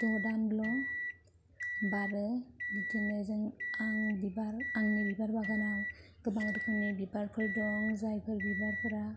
द' दानल' बारो बिदिनो जों आं बिबार आंनि बिबार बागानाव गोबां रोखोमनि बिबारफोर दं जायफोर बिबारफोरा